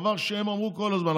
דבר שהם אמרו כל הזמן,